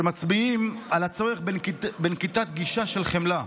שמצביעים על הצורך בנקיטת גישה של חמלה.